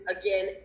again